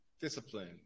discipline